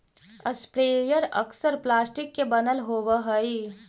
sprayer अक्सर plastic के बनल होवऽ हई